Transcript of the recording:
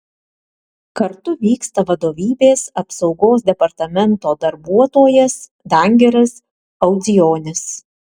kartu vyksta vadovybės apsaugos departamento darbuotojas dangiras audzijonis